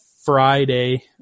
Friday